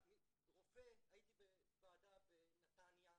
הייתי בוועדה בנתניה,